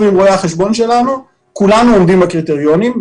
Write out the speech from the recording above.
עם רואי החשבון שלנו וכולנו עומדים בקריטריונים,